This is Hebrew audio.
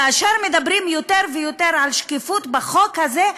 כאשר מדברים יותר ויותר על שקיפות בחוק הזה,